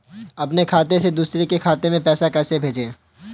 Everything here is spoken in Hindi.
अपने खाते से दूसरे के खाते में पैसे को कैसे भेजे?